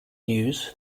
news